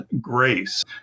grace